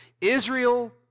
Israel